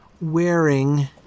wearing